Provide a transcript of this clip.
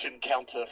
counter